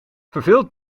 verveeld